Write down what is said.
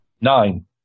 Nine